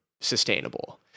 sustainable